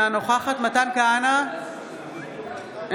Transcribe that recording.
מתן כהנא,